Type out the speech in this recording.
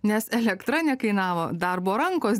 nes elektra nekainavo darbo rankos